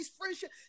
friendship